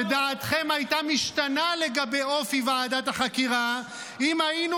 שדעתכם הייתה משתנה לגבי אופי ועדת החקירה אם היינו